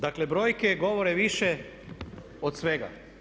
Dakle, brojke govore više od svega.